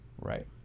Right